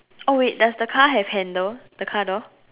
oh wait does the car have handle the car door